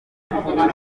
imigambi